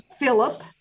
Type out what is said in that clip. Philip